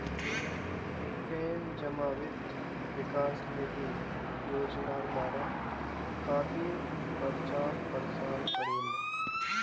प्रेम जमा वित्त विकास निधि योजनार बारे काफी प्रचार प्रसार करील